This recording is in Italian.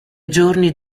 giorni